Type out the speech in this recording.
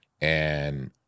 and-